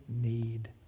need